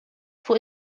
fuq